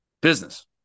business